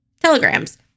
telegrams